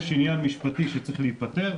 יש עניין משפטי שצריך להיפתר,